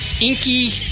inky